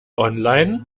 online